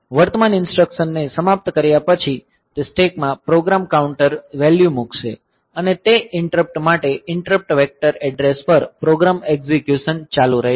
વર્તમાન ઇન્સટ્રકસનને સમાપ્ત કર્યા પછી તે સ્ટેકમાં પ્રોગ્રામ કાઉન્ટર વેલ્યુ મૂકશે અને તે ઈંટરપ્ટ માટે ઇન્ટરપ્ટ વેક્ટર એડ્રેસ પર પ્રોગ્રામ એક્ઝીક્યુશન ચાલુ રહેશે